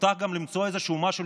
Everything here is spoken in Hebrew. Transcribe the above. הופתע שמנסים למצוא איזשהו משהו,